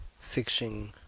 fixing